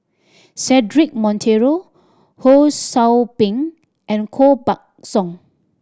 Cedric Monteiro Ho Sou Ping and Koh Buck Song